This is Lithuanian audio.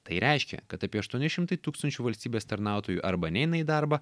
tai reiškia kad apie aštuoni šimtai tūkstančių valstybės tarnautojų arba neina į darbą